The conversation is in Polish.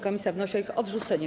Komisja wnosi o ich odrzucenie.